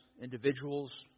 individuals